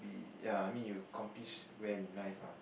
ya I mean you accomplish well in life ah